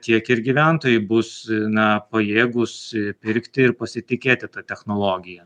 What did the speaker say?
tiek ir gyventojai bus na pajėgūs pirkti ir pasitikėti ta technologija